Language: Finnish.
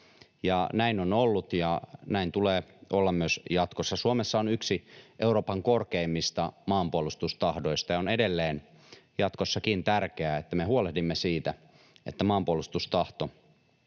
Näin on ollut, ja näin tulee olla myös jatkossa. Suomessa on yksi Euroopan korkeimmista maanpuolustustahdoista, ja on edelleen, jatkossakin, tärkeää, että me huolehdimme siitä, että maanpuolustustahto